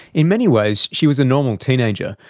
in many ways she was a normal teenager.